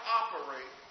operate